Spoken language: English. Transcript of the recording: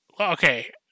Okay